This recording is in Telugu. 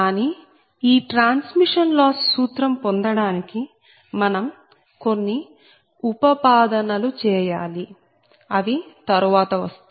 కానీ ఈ ట్రాన్స్మిషన్ లాస్ సూత్రం పొందడానికి మనం కొన్ని ఉపపాదనలు చేయాలి అవి తరువాత వస్తాయి